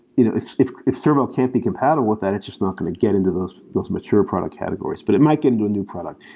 you know if if servo can't be compatible with that, it's just not going to get into those those mature product categories. but it might get into a new product.